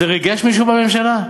זה ריגש מישהו בממשלה?